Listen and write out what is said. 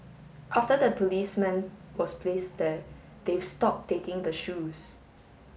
after the policeman was placed there they've stopped taking the shoes